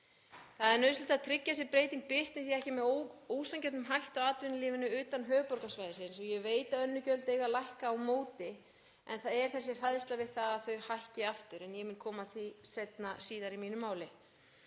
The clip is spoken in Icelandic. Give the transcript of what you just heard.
Það er nauðsynlegt að tryggja að þessi breyting bitni því ekki með ósanngjörnum hætti á atvinnulífinu utan höfuðborgarsvæðisins. Ég veit að önnur gjöld eiga að lækka á móti en það er þessi hræðsla við að þau hækki aftur og ég mun koma að því síðar í máli